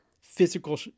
physical